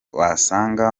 wasanga